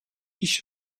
i̇ş